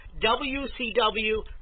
WCW